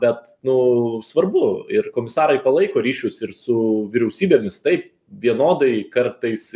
bet nu svarbu ir komisarai palaiko ryšius ir su vyriausybėmis taip vienodai kartais